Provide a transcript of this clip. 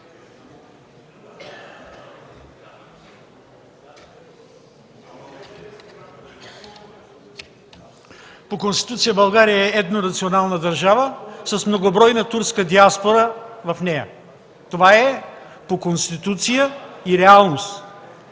По Конституция България е етнонационална държава с многобройна турска диаспора в нея. Това е по Конституция и реалност.